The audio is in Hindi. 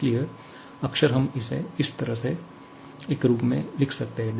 इसलिए अक्सर हम इसे इस तरह से एक रूप में लिख सकते हैं